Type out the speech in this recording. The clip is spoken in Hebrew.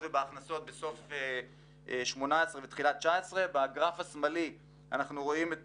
וההכנסות בסוף 2018 ותחילת 2019. בגרף השמאלי אנחנו רואים את